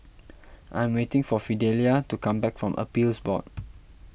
I am waiting for Fidelia to come back from Appeals Board